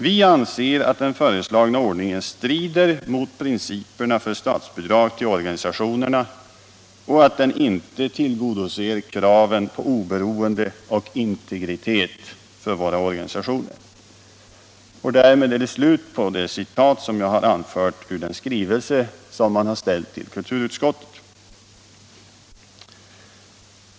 Vi anser att den föreslagna ordningen strider mot principerna för statsbidrag till organisationerna och att den inte tillgodoser kraven på oberoende och integritet för våra organisationer.” Därmed slutar citatet ur den skrivelse som man har ställt till kulturutskottet.